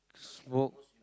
smoke